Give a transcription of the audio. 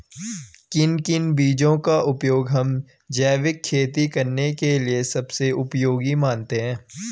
किन किन बीजों का उपयोग हम जैविक खेती करने के लिए सबसे उपयोगी मानते हैं?